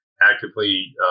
actively